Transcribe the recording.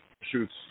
shoots